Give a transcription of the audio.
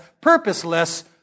purposeless